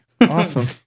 Awesome